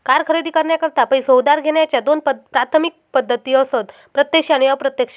car खरेदी करण्याकरता पैसो उधार घेण्याच्या दोन प्राथमिक पद्धती असत प्रत्यक्ष आणि अप्रत्यक्ष